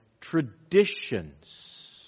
traditions